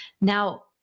Now